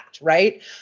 right